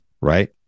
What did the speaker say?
right